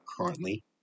currently